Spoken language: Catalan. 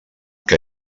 que